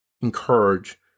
encourage